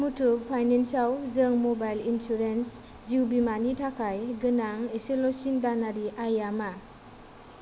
मुथु फाइनान्सआव जों mobile insurance जिउ बीमानि थाखाय गोनां इसेल'सिन दानारि आइया मा